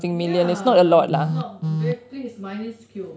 ya it's not basically is minuscule